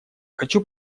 хочу